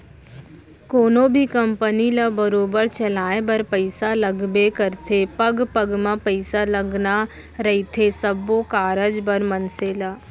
कोनो भी कंपनी ल बरोबर चलाय बर पइसा लगबे करथे पग पग म पइसा लगना रहिथे सब्बो कारज बर मनसे ल